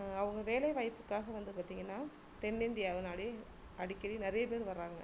அவங்க வேலைவாய்ப்புக்காக வந்து பார்த்திங்கனா தென்னிந்தியாவை நாடி அடிக்கடி நிறைய பேர் வர்றாங்க